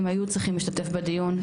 הם היו צריכים להשתתף בדיון,